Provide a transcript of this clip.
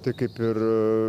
tai kaip ir